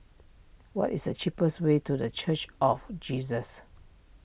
what is the cheapest way to the Church of Jesus